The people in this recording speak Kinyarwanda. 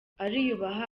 ariyubaha